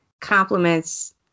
compliments